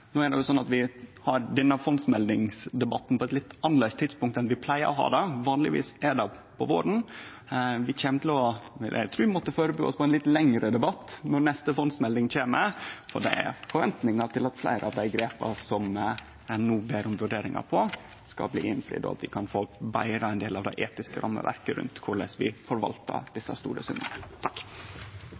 No er det sånn at vi har denne fondsmeldingsdebatten på eit litt annleis tidspunkt enn vi pleier å ha det. Vanlegvis er det på våren. Eg trur vi kjem til å måtte førebu oss på ein litt lengre debatt når neste fondsmelding kjem. Det er forventingar til at fleire av dei grepa som ein no ber om vurderingar på, skal bli innfridde, og at vi kan få betra ein del av det etiske rammeverket rundt korleis vi forvaltar desse store summane.